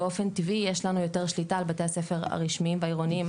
באופן טבעי יש לנו יותר שליטה על בתי הספר הרשמיים והעירוניים,